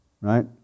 right